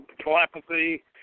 telepathy